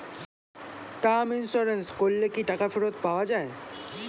Term insurance করলে কি টাকা ফেরত পাওয়া যায়?